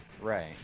Right